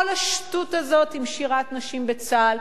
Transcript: כל השטות הזאת עם שירת נשים בצה"ל,